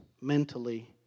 mentally